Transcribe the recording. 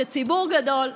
כשציבור גדול,